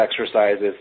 exercises